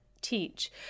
teach